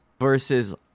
versus